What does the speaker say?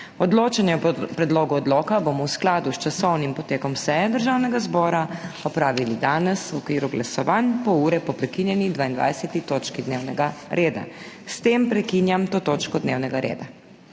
Odločanje o predlogu odloka bomo v skladu s časovnim potekom seje Državnega zbora opravili danes v okviru glasovanj, pol ure po prekinjeni 22. točki dnevnega reda. S tem prekinjam to točko dnevnega reda.